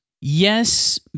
Yes